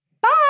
bye